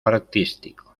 artístico